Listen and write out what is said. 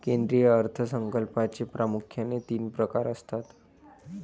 केंद्रीय अर्थ संकल्पाचे प्रामुख्याने तीन प्रकार असतात